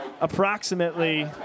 Approximately